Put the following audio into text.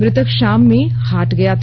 मृतक शाम में हाट गया था